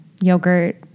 yogurt